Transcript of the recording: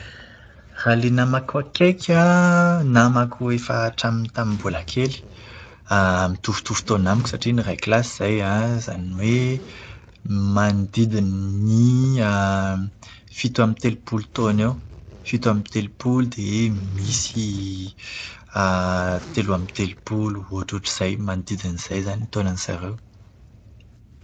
Raha ilay namako akaiky an, namako efa hatramin'ny tamin'ny mbola kely, mitovitovy taona amiko satria niray kilasy izahay an, zany hoe manodidina ny fito amby telopolo taona eo. Fito amby telopolo dia misy telo amby telopolo, ohatrohatr'izay manodidina izay izany ny taonan'izareo.